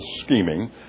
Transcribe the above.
scheming